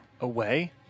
Away